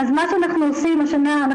שאנחנו עושים השנה,